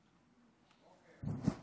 המשפטים היא הגוף הממשלתי האמון על קידום ויישום